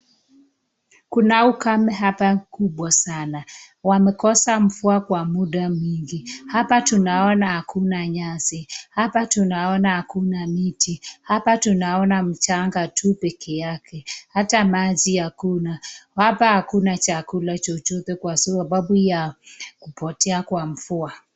Kuna ukame hapa mkubwa sana. Wamekosa mvua kwa muda mwingi. Hapa tunaona hakuna nyasi. Hapa tunaona hakuna miti. Hapa tunaona mchanga tu peke yake. Hata maji hakuna. Hapa hakuna chakula chochote kwa sababu ya kupotea kwa mvua.